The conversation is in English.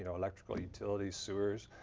you know like ah utilities, sewers.